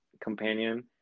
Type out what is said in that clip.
companion